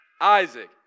Isaac